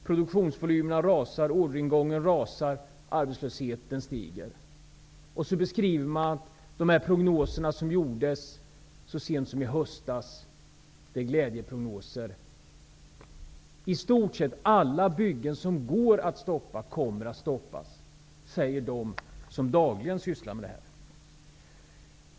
Produktionsvolymerna rasar, orderingången rasar, arbetslösheten stiger. Vidare beskriver man de prognoser som gjordes så sent som i höstas som glädjeprognoser. I stort sett alla byggen som går att stoppa kommer att stoppas, säger de som dagligen sysslar med det här.